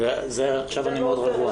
תעדכן אותנו